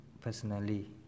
personally